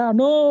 no